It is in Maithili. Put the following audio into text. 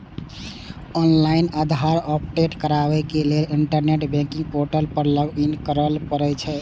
ऑनलाइन आधार अपडेट कराबै लेल इंटरनेट बैंकिंग पोर्टल पर लॉगइन करय पड़ै छै